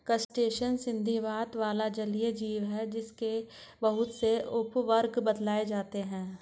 crustacean संधिपाद वाला जलीय जीव है जिसके बहुत से उपवर्ग बतलाए जाते हैं